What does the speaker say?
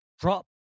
drop